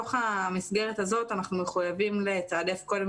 בתוך המסגרת הזאת אנחנו מחויבים לתעדף קודם